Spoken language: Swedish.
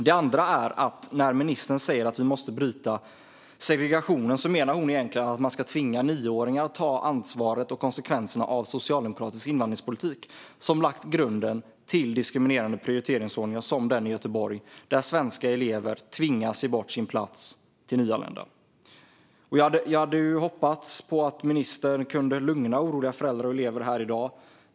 Det andra är att när ministern säger att vi måste bryta segregationen menar hon egentligen att man ska tvinga nioåringar att ta ansvaret och konsekvenserna av socialdemokratisk invandringspolitik, som lagt grunden till diskriminerande prioriteringsordningar som den i Göteborg där svenska elever tvingas ge bort sin plats till nyanlända. Jag hade hoppats att ministern kunde lugna oroliga föräldrar och elever här i dag.